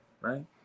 right